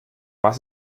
was